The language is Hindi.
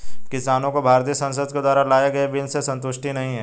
किसानों को भारतीय संसद के द्वारा लाए गए नए बिल से संतुष्टि नहीं है